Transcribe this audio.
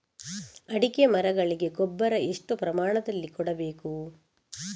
ಅಡಿಕೆ ಮರಗಳಿಗೆ ಗೊಬ್ಬರ ಎಷ್ಟು ಪ್ರಮಾಣದಲ್ಲಿ ಕೊಡಬೇಕು?